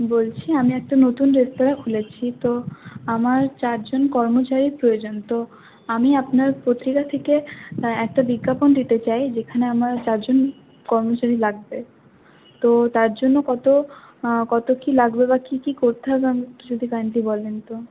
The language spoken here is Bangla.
বলছি আমি একটা নতুন রেস্তোরাঁ খুলেছি তো আমার চারজন কর্মচারীর প্রয়োজন তো আমি আপনার পত্রিকা থেকে একটা বিজ্ঞাপন দিতে চাই যেখানে আমার চারজন কর্মচারী লাগবে তো তার জন্য কত কত কী লাগবে বা কী কী করতে হবে আমাকে যদি কাইন্ডলি বলেন তো